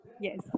Yes